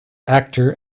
actor